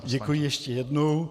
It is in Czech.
Děkuji ještě jednou.